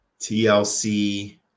TLC